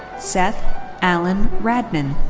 seth alan radman.